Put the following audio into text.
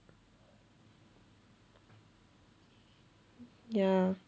ya